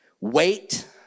wait